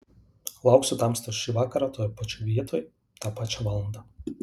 lauksiu tamstos šį vakarą toje pačioje vietoj tą pačią valandą